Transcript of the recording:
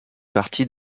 partie